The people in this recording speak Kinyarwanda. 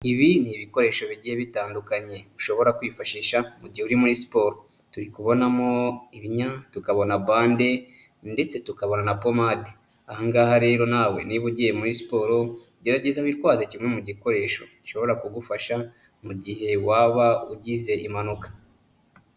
Ibi ni ibikoresho bigiye bitandukanye. Ushobora kwifashisha mugihe uri muri siporo. turi kubonamo ibinya, tukabona bande ndetse tukabona na pomade. Aha ngaha rero nawe niba ugiye muri siporo gerageza witwaze kimwe mu gikoresho gishobora kugufasha mu gihe waba ugize impanuka.